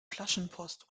flaschenpost